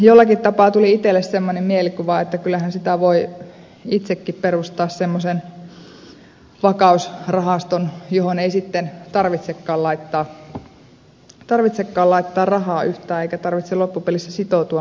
jollakin tapaa tuli itselle sellainen mielikuva että kyllähän sitä voi itsekin perustaa semmoisen vakausrahaston johon ei tarvitsekaan laittaa rahaa yhtään eikä tarvitse loppupelissä sitoutua mihinkään